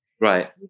Right